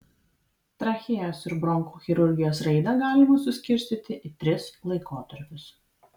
trachėjos ir bronchų chirurgijos raidą galima suskirstyti į tris laikotarpius